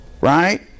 Right